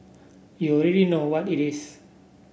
you already know what it is